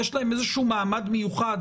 יש להן איזשהו מעמד מיוחד,